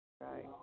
Right